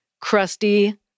crusty